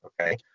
Okay